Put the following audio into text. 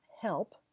help